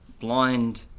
blind